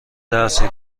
درسی